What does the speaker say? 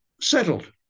settled